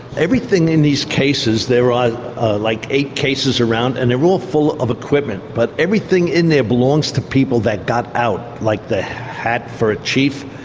everything in these cases, there are like eight cases around, and they're all full of equipment but everything in there belongs to people that got out, like the hat for a chief,